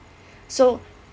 so